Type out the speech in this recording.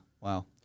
wow